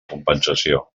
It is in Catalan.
compensació